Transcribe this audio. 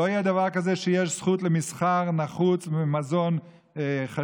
לא יהיה דבר כזה שיש זכות למסחר נחוץ ומזון חשוב,